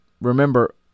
Remember